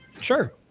Sure